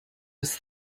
was